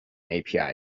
api